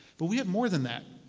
but we have more than that.